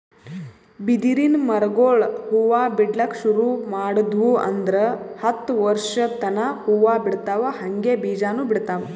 ಬಿದಿರಿನ್ ಮರಗೊಳ್ ಹೂವಾ ಬಿಡ್ಲಕ್ ಶುರು ಮಾಡುದ್ವು ಅಂದ್ರ ಹತ್ತ್ ವರ್ಶದ್ ತನಾ ಹೂವಾ ಬಿಡ್ತಾವ್ ಹಂಗೆ ಬೀಜಾನೂ ಬಿಡ್ತಾವ್